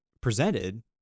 presented